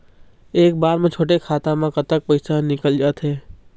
एक बार म छोटे खाता म कतक पैसा निकल जाथे?